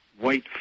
white